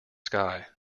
sky